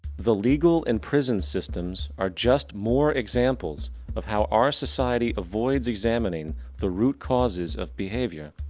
the legal and prison systems are just more examples of how our society avoids examining the root-causes of behavior.